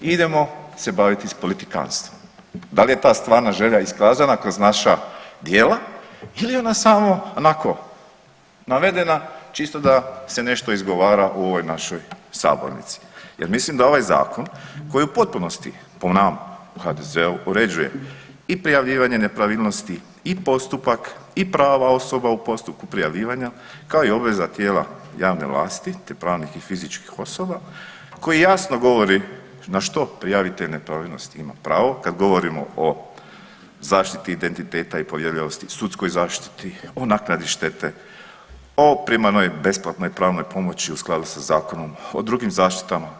Idemo se baviti s politikanstvom, da li je ta stvarna želja iskazana kroz naša djela ili je ona samo onako navedena čisto da se nešto izgovara u ovoj našoj sabornici jel mislim da ovaj zakon koji u potpunosti po nama u HDZ-u uređuje i prijavljivanje nepravilnosti i postupak i prava osoba u postupku prijavljivanja, kao i obveza tijela javne vlasti, te pravnih i fizičkih osoba koji jasno govori na što prijavitelj nepravilnosti ima pravo kad govorimo o zaštiti identiteta i povjerljivosti, sudskoj zaštiti, o naknadi štete, o primarnoj besplatnoj pravnoj pomoći u skladu sa zakonom, o drugim zaštitama.